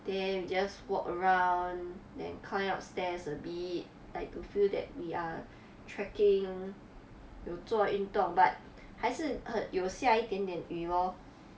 then we just walk around then climb up stairs a bit like to feel that we are trekking 有做运动 but 还是很有下一点点雨 lor